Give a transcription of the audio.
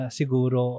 siguro